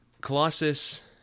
Colossus